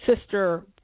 sister